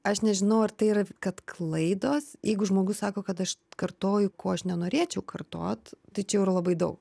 aš nežinau ar tai yra kad klaidos jeigu žmogus sako kad aš kartoju ko aš nenorėčiau kartot tai čia jau yra labai daug